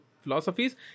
philosophies